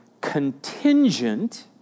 contingent